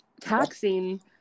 taxing